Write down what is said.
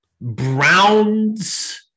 Browns